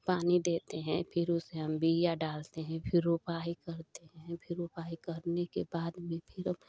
पानी देते हैं फ़िर उसे हम बिया डालते है फ़िर उपाही करते हैं फ़िर उपाई करने के बाद में फ़िर